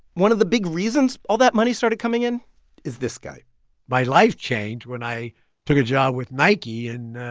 one of the big reasons all that money started coming in is this guy my life changed when i took a job with nike and